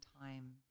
time